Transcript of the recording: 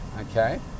Okay